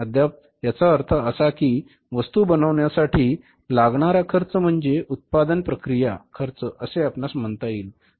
अद्याप याचा अर्थ असा कि वस्तू बनवण्यासाठी लागणार खर्च म्हणजे उत्पादन प्रक्रिया असे आपणास म्हणता येईल